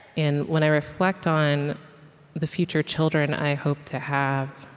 and when i reflect on the future children i hope to have,